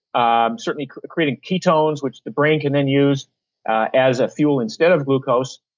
ah certainly creating ketones, which the brain can then use as a fuel instead of glucose.